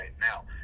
Now